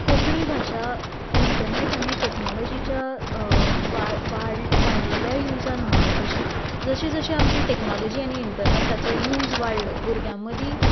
कोंकणी भाशा इंटरनेट आनी टेक्नोलॉजीच्या वा वा वाडलेल्या युजान म्हणटा तशी जशी जशी आमची टेक्नोलॉजी आनी इंटरनेटाचो यूज वाडलो भुरग्यां मदीं सगलेंच